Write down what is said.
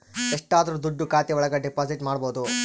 ಎಷ್ಟಾದರೂ ದುಡ್ಡು ಖಾತೆ ಒಳಗ ಡೆಪಾಸಿಟ್ ಮಾಡ್ಬೋದು